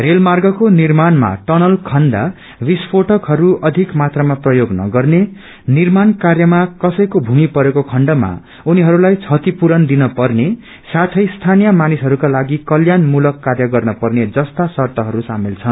रेलमार्गको निर्माणमा टनल खन्दा विस्फोटकहरू अधिक मात्रामा प्रयोग नगर्ने निर्माण कार्यमा कसैको भूमि परेको खण्डमा उनीहरूलाई बतिपूरण दिन पर्ने साथै स्थानीय मानिसहरूका लागि कल्याणमूलक कार्य गर्न पर्ने जस्ता शर्तहरू सामेल छन्